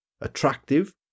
attractive